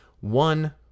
one